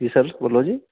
ਜੀ ਸਰ ਬੋਲੋ ਜੀ